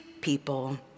people